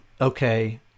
Okay